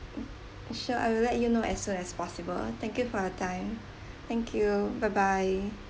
mm sure I will let you know as soon as possible thank you for your time thank you bye bye